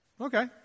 Okay